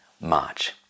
March